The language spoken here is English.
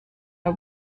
are